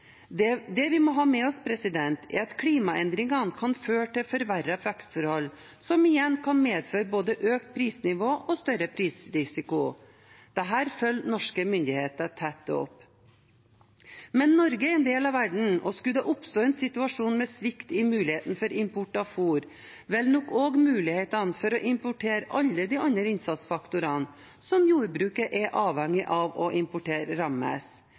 god. Det vi må ha med oss, er at klimaendringene kan føre til forverrede vekstforhold, som igjen kan medføre både økt prisnivå og større prisrisiko. Dette følger norske myndigheter tett opp. Men Norge er en del av verden, og skulle det oppstå en situasjon med svikt i muligheten for import av fôr, vil nok også mulighetene for å importere alle de andre innsatsfaktorene som jordbruket er avhengig av å importere, rammes.